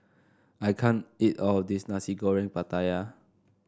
I can't eat all of this Nasi Goreng Pattaya